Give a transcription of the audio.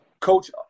Coach